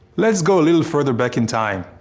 let's go a little further back in time.